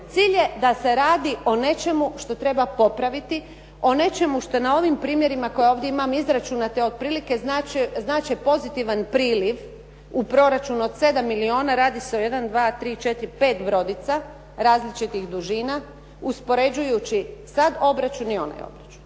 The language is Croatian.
Cilj je da se radi o nečemu što treba popraviti, o nečemu što je na ovim primjerima koje ovdje imam izračunate otprilike znače pozitivan priliv u proračunu od 7 milijuna, radi se o 1, 2, 3, 4, 5 brodica različitih dužina uspoređujući sada obračun ili onaj obračun.